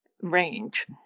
range